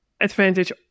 advantage